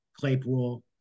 Claypool